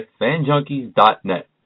FanJunkies.net